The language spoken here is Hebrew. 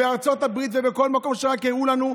בארצות הברית ובכל מקום שרק הראו לנו,